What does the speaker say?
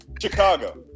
Chicago